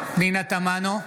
תמנו,